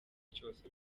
cyose